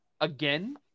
again